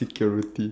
security